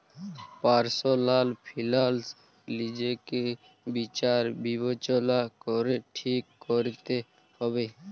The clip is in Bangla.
পার্সলাল ফিলান্স লিজকে বিচার বিবচলা ক্যরে ঠিক ক্যরতে হুব্যে